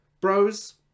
Bros